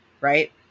right